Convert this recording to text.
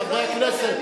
חברי הכנסת,